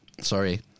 sorry